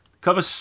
cover